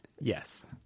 Yes